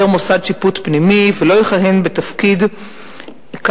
מוסד שיפוט פנימי ולא יכהן בתפקיד כאמור,